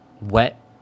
wet